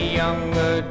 younger